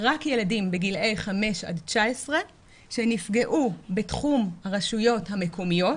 רק ילדים בגילאי 5-19 שנפגעו בתחום הרשויות המקומיות,